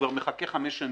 הוא מחכה כבר חמש שנים.